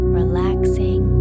relaxing